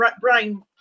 Brian